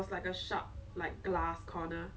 like red like pink lah